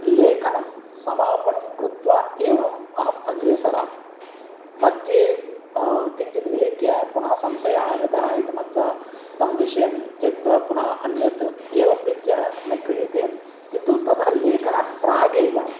लेखनं समापनं कृत्वा एव अहमग्रे सरामि मध्ये किञ्चित् विलिख्य पुनः संशयः आगतः इति मत्वा तं विषयं त्यक्त्वा पुनः अन्यत् एवं रीत्या न क्रियते किन्तु ततः लेखनात् प्रागेव